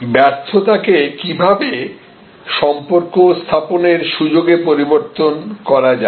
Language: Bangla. ব্যর্থতাকে কিভাবে সম্পর্ক স্থাপনের সুযোগে পরিবর্তন করা যায়